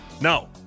No